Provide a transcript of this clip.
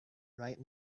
right